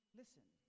listen